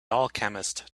alchemist